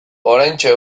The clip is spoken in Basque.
oraintxe